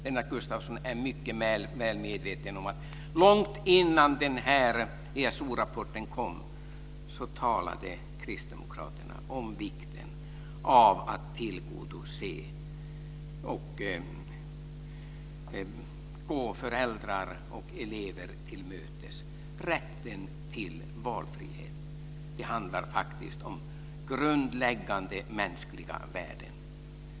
Lennart Gustavsson är mycket väl medveten om att kristdemokraterna långt innan ESO rapporten kom talade om vikten av att gå föräldrar och elever till mötes. Rätten till valfrihet handlar faktiskt om grundläggande mänskliga värden.